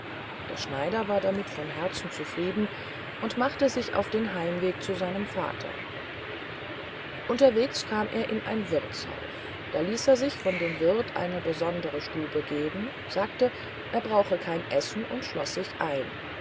der schneider war damit von herzen zufrieden und machte sich auf den heimweg zu seinem vater unterwegs kam er in ein wirthshaus da ließ er sich von dem wirth eine besondere stube geben sagte er brauche kein essen und schloß sich ein